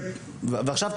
עכשיו,